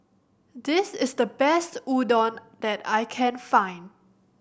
this is the best Udon that I can find